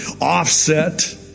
offset